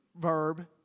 verb